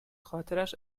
خاطرش